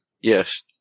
Yes